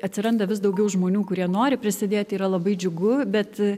atsiranda vis daugiau žmonių kurie nori prisidėti yra labai džiugu bet